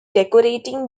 decorating